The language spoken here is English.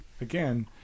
again